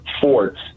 forts